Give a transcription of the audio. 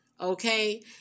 okay